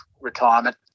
retirement